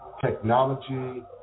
technology